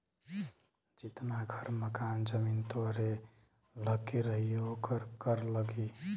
जितना घर मकान जमीन तोहरे लग्गे रही ओकर कर लगी